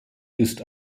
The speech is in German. ist